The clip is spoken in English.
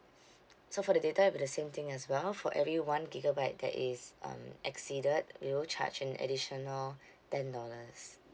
so for the data it'll be the same thing as well for every one gigabyte that is um exceeded we'll charge an additional ten dollars